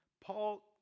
Paul